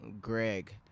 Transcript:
Greg